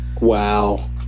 Wow